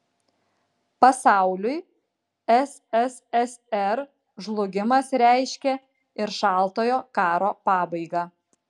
pasauliui sssr žlugimas reiškė ir šaltojo karo pabaigą